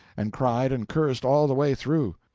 and cried and cursed all the way through.